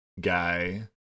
guy